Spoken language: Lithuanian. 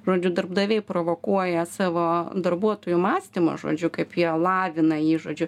žodžiu darbdaviai provokuoja savo darbuotojų mąstymą žodžiu kaip jie lavina jį žodžiu